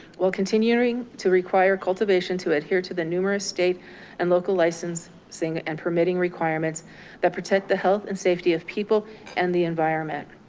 while continuing to require cultivation to adhere to the numerous state and local licensing and permitting requirements that protect the health and safety of people and the environment.